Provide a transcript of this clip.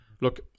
look